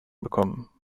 bekommen